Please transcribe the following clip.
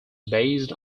based